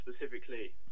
specifically